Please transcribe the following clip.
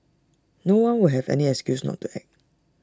no one will have any excuse not to act